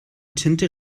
tinte